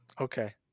Okay